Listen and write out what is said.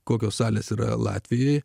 kokios salės yra latvijoje